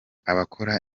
abakora